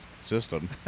system